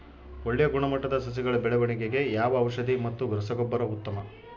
ಒಳ್ಳೆ ಗುಣಮಟ್ಟದ ಸಸಿಗಳ ಬೆಳವಣೆಗೆಗೆ ಯಾವ ಔಷಧಿ ಮತ್ತು ರಸಗೊಬ್ಬರ ಉತ್ತಮ?